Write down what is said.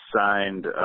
signed